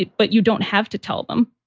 but you don't have to tell them.